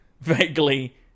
vaguely